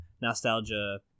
Nostalgia